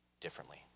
differently